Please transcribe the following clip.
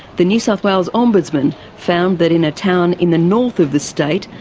the new south wales ombudsman found that in a town in the north of the state,